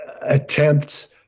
attempts